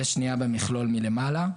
זה שנייה במכלול מלמעלה.